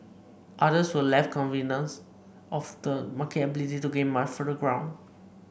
others were less convinced of the market ability to gain much further ground